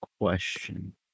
question